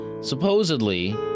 Supposedly